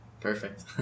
perfect